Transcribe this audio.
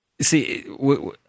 see